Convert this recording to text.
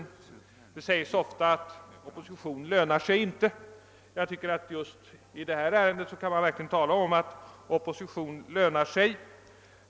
Det sägs ofta att opposition lönar sig inte. Jag tycker emellertid att man just i detta ärende verkligen kan tala om att opposition lönar sig.